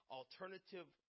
alternative